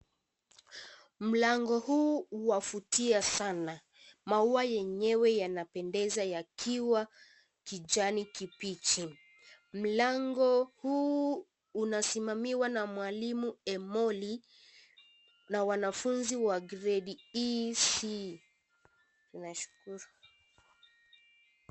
Mlango huu wavutia Sana. Maua yenyewe yanapendeza yakiwa kijani kibichi. Mlango huu unasimamiwa na mwalimu Emoli na wanafunzi wa gredi Ec. Ninashukuru.